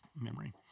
memory